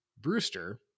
Brewster